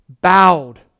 bowed